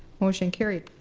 motion carried.